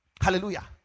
Hallelujah